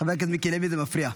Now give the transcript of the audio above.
חבר הכנסת מיקי לוי, זה מפריע.